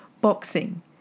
Boxing